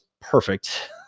perfect